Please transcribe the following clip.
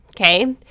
okay